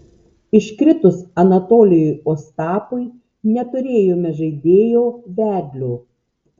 iškritus anatolijui ostapui neturėjome žaidėjo vedlio